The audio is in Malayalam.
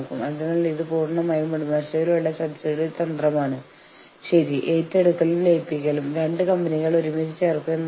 കൂടാതെ യൂണിയനുകളെ അവരുടെ വീക്ഷണകോണിൽ നിന്ന് സംരക്ഷിക്കാൻ ഞങ്ങൾ ഒരു അഭിഭാഷകനെ നൽകുന്നു